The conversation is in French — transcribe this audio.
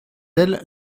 elle